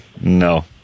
No